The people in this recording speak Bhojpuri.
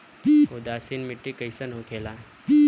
उदासीन मिट्टी कईसन होखेला?